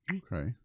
okay